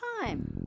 time